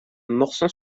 morsang